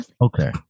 Okay